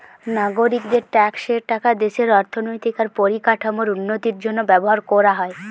নাগরিকদের ট্যাক্সের টাকা দেশের অর্থনৈতিক আর পরিকাঠামোর উন্নতির জন্য ব্যবহার কোরা হয়